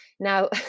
Now